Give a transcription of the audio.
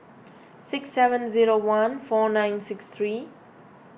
six seven zero one four nine six three